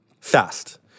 fast